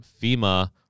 FEMA